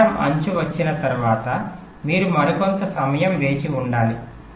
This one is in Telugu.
గడియారం అంచు వచ్చిన తర్వాత మీరు మరికొంత సమయం వేచి ఉండాలి